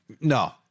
No